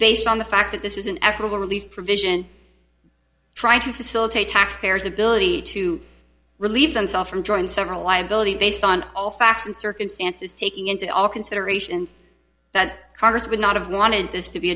based on the fact that this is an equitable relief provision trying to facilitate taxpayers ability to relieve themselves from joint several liability based on all facts and circumstances taking into consideration that congress would not have wanted this to be